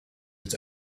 its